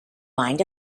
mind